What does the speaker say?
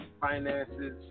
finances